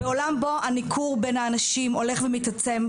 בעולם בו הניכור בין האנשים הולך ומתעצם,